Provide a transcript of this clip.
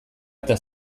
eta